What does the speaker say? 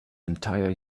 entire